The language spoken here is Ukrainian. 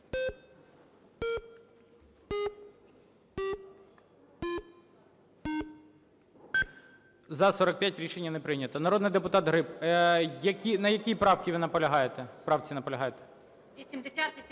За-45 Рішення не прийнято. Народний депутат Гриб. На якій правці ви наполягаєте?